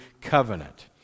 covenant